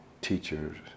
teachers